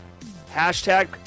hashtag